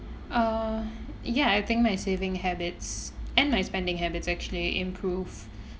uh ya I think my saving habits and my spending habits actually improve